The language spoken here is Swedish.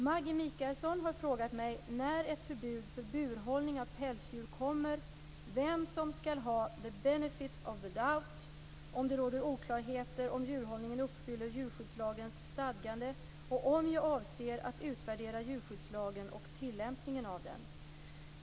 Maggi Mikaelsson har frågat mig när ett förbud för burhållning av pälsdjur kommer, vem som skall ha the benefit of the doubt om det råder oklarheter om ifall djurhållningen uppfyller djurskyddslagens stadgande och om jag avser att utvärdera djurskyddslagen och tillämpningen av den.